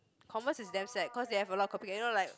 Converse is damn sad cause they have a lot of copy you know like